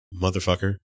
Motherfucker